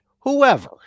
whoever